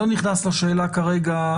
אני לא נכנס לשאלה כרגע,